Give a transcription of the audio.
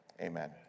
Amen